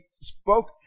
spoke